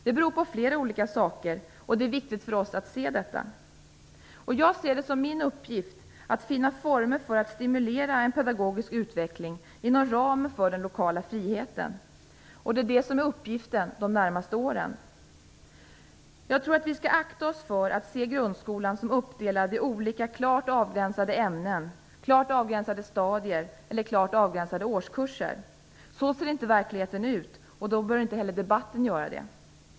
Det beror på flera saker. Det är viktigt för oss att se detta. Jag ser det som min uppgift under de närmaste åren att finna former för att stimulera en pedagogisk utveckling inom ramen för den lokala friheten. Jag tror att vi skall akta oss för att se grundskolan som att den är uppdelad i olika klart avgränsade ämnen, stadier eller årskurser. Så ser inte verkligheten ut. Då bör inte heller debatten göra det.